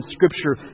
Scripture